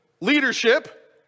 leadership